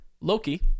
Loki